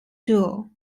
duo